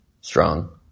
strong